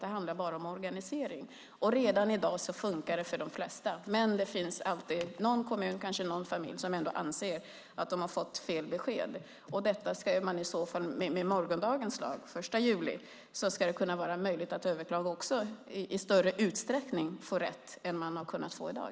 Det handlar bara om organisering. Redan i dag funkar det för de flesta, men det finns alltid någon kommun och kanske någon familj som anser att de har fått fel besked. Detta ska man i så fall med morgondagens lag, från den 1 juli, ha möjlighet att överklaga. Man ska också i större utsträckning ha möjlighet att få rätt än man har kunnat få i dag.